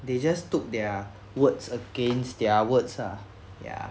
they just took their words against their words ah ya